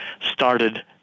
started